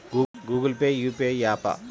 Google Pay UPI య్యాపా?